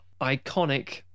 iconic